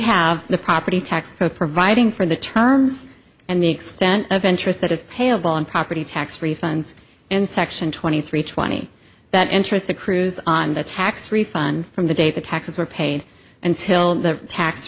have the property tax code providing for the terms and the extent of interest that is payable on property tax refunds in section twenty three twenty that interested crews on the tax refund from the date the taxes were paid until the tax